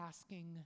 asking